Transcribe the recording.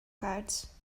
guards